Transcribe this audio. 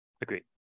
Agreed